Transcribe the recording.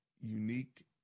unique